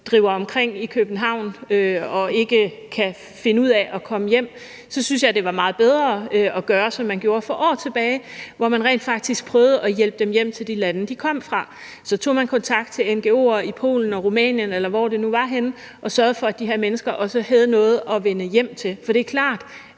driver omkring i København og ikke kan finde ud af at komme hjem, så synes jeg, det ville være meget bedre at gøre, som man gjorde for år tilbage, hvor man rent faktisk prøvede at hjælpe dem hjem til de lande, de kom fra. Man tog kontakt til ngo'er i Polen, Rumænien, eller hvor det nu var, og sørgede for, at de her mennesker også havde noget at vende hjem til. For det er klart,